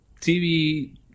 TV